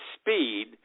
speed